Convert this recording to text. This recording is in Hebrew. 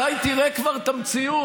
מתי תראה כבר את המציאות?